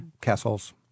Castles